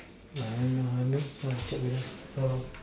I don't know I mean I check with her hold on